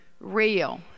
real